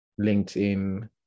LinkedIn